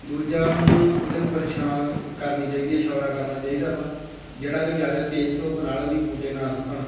ਦੂਜਾ ਉਹਨੂੰ ਉਹਦੇ ਉੱਪਰ ਛਾਂ ਕਰਨੀ ਚਾਹੀਦੀ ਹੈ ਛੋਰਾ ਕਰਨਾ ਚਾਹੀਦਾ ਵਾ ਜਿਹੜਾ ਕਿ ਜ਼ਿਆਦਾ ਤੇਜ਼ ਧੁੱਪ ਨਾਲ਼ ਵੀ ਬੂਟੇ ਨਾ ਸੁੱਕਣ